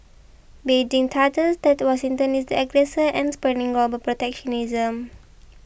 Beijing charges that Washington is the aggressor and spurring global protectionism